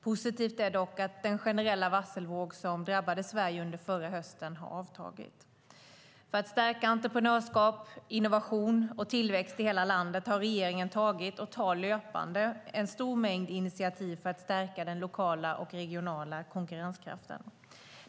Positivt är dock att den generella varselvåg som drabbade Sverige under förra hösten har avtagit. För att stärka entreprenörskap, innovation och tillväxt i hela landet har regeringen tagit - och tar löpande - en stor mängd initiativ för att stärka den lokala och regionala konkurrenskraften.